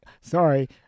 sorry